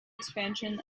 expansion